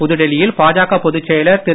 புதுடில்லியில் பாஜக பொதுச் செயலர் திரு